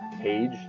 page